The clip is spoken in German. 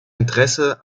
interesse